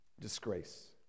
Disgrace